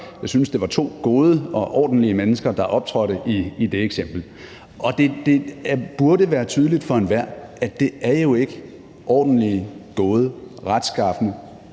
Jeg synes, at det var to gode og ordentlige mennesker, der optrådte i det eksempel. Det burde være tydeligt for enhver, at det jo ikke er ordentlige, gode, retskafne,